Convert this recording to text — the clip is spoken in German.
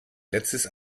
letztes